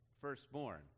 firstborn